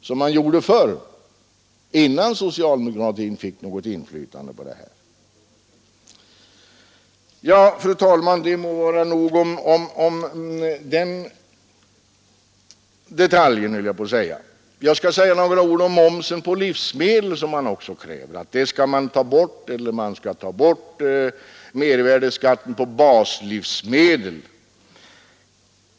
Så var det ju förr innan socialdemokraterna fick något inflytande härvidlag. Fru talman! Det må vara nog om detta. Jag skall så säga några ord om momsen på livsmedel man kräver ju att mervärdeskatten på baslivsmedel skall tas bort.